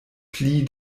pli